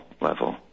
level